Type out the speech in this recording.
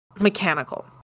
mechanical